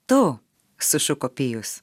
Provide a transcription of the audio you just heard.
tu sušuko pijus